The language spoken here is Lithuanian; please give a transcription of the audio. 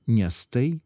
nes tai